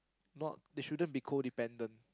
not they should be codependent